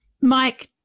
Mike